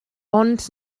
ond